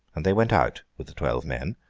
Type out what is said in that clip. and they went out with the twelve men,